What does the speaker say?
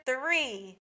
three